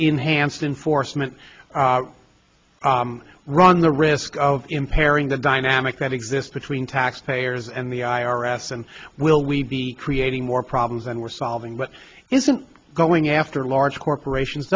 enhanced in force meant run the risk of impairing the dynamic that exists between tax payers and the i r s and will we be creating more problems than we're solving but isn't going after large corporations